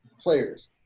players